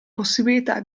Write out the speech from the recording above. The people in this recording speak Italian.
possibilità